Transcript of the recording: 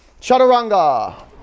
chaturanga